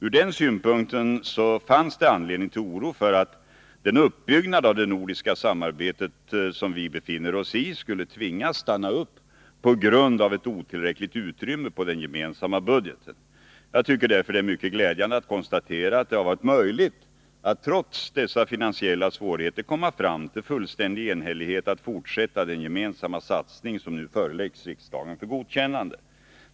Ur den synpunkten finns det anledning till oro för att den uppbyggnad av det nordiska samarbetet som vi befinner oss i skulle tvingas stanna upp på grund av ett otillräckligt utrymme i den gemensamma budgeten. Jag tycker därför det är mycket glädjande att konstatera att det varit möjligt att trots dessa finansiella svårigheter komma fram till fullständig enhällighet om att fortsätta den gemensamma satsning som nu föreläggs riksdagen för godkännande.